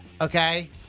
Okay